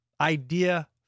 Idea